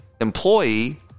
employee